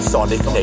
Sonic